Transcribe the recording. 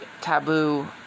taboo